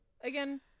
Again